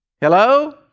Hello